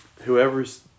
whoever's